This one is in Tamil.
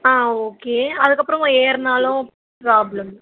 ஆ ஓகே அதுக்கப்புறமும் ஏறினாலும் ப்ராப்ளம்